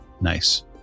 nice